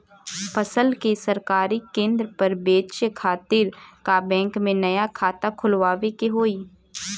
फसल के सरकारी केंद्र पर बेचय खातिर का बैंक में नया खाता खोलवावे के होई?